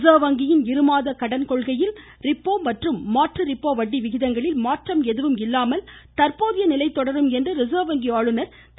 reserve வங்கியின் இருமாத கடன் கொள்கையில் ரிப்போ மற்றும் மாற்று ரிப்போ வட்டி விகிதங்களில் மாற்றம் எதுவும் இல்லாமல் தந்போதையை நிலை தொடரும் என்று ரிசர்வ் வங்கி ஆளுநர் திரு